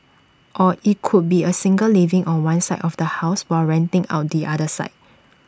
or IT could be A single living on one side of the house while renting out the other side